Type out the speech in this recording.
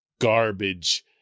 garbage